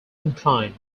inclined